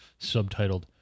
subtitled